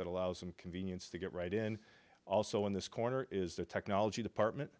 that allows them convenience to get right in also in this corner is the technology department